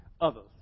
others